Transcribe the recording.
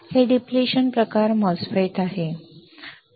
हे डिप्लेशन प्रकार MOSFET साठी आहे